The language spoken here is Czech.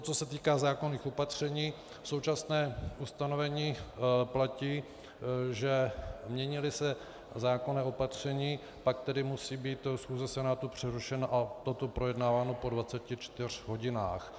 Co se týká zákonných opatření, současné ustanovení platí, že měníli se zákonné opatření, pak tedy musí být schůze Senátu přerušena a toto projednáváno po 24 hodinách.